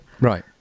Right